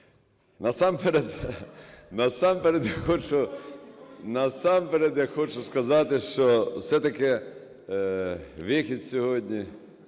насамперед, я хочу сказати, що все-таки вихід сьогодні